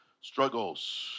struggles